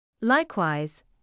Likewise